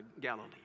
Galilee